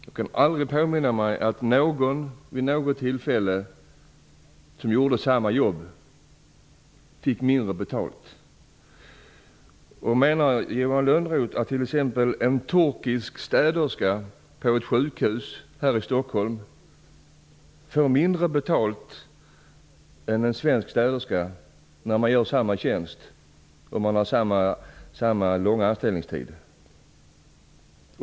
Jag kan aldrig påminna mig att någon som gjorde sammajobb som de andra vid något tillfälle fick mindre betalt. Menar Johan Lönnroth att t.ex. en turkisk städerska på ett sjukhus här i Stockholm får mindre betalt än en svensk städerska när de gör samma tjänst och har samma långa anställningstid?